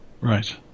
Right